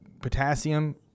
potassium